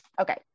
Okay